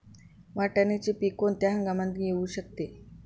वाटाण्याचे पीक कोणत्या हंगामात येऊ शकते?